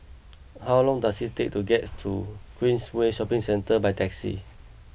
how long does it take to get to Queensway Shopping Centre by taxi